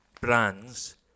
brands